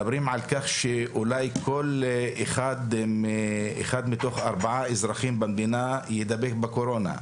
מדברים על כך שאחד מתוך ארבעה אזרחים במדינה יידבק בקורונה.